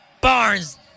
Barnes